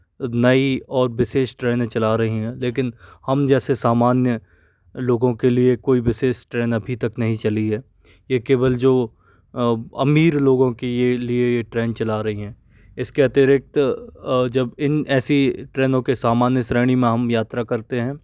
नई और विसेष ट्रेनें चला रही है लेकिन हम जैसे सामान्य लोगों के लिए कोई विसेष ट्रेन अभी तक नहीं चली है ये केवल जो अमीर लोगों की ये लिए ये ट्रेन चला रही है इसके अतिरिक्त जब इन ऐसी ट्रेनों के सामान्य श्रेणी में हम यात्रा करते हैं